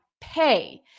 pay